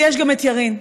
ויש גם את ירין,